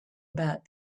about